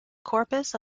corpus